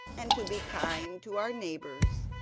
and to be kind to our neighbours.